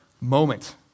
moment